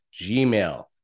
Gmail